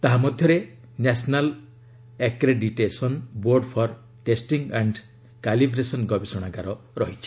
ତାହା ମଧ୍ୟରେ national accreditation board for testing and a calibration ଗବେଷଣାଗାର ଅନ୍ତର୍ଭୁକ୍ତ